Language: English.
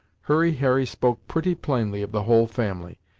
hurry harry spoke pretty plainly of the whole family,